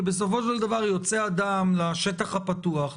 כי בסופו של דבר יוצא אדם לשטח הפתוח,